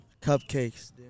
cupcakes